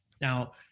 Now